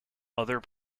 other